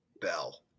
Bell